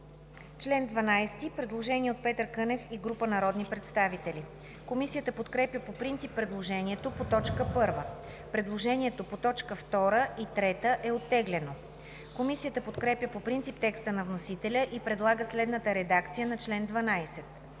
чл. 12 има предложение от Петър Кънев и група народни представители. Комисията подкрепя по принцип предложението по т. 1. Предложението по т. 2 и 3 е оттеглено. Комисията подкрепя по принцип текста на вносителя и предлага следната редакция на чл. 12: